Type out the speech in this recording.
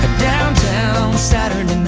downtown saturday